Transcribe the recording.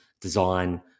design